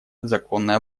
законной